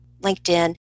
LinkedIn